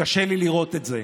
קשה לי לראות את זה.